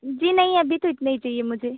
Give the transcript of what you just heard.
जी नहीं अभी तो इतने ही चाहिए मुझे